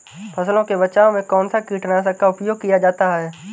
फसलों के बचाव में कौनसा कीटनाशक का उपयोग किया जाता है?